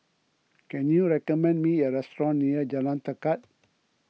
can you recommend me a restaurant near Jalan Tekad